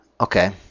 Okay